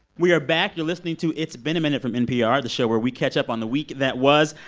we are back. you're listening to it's been a minute from npr, the show where we catch up on the week that was.